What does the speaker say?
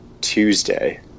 Tuesday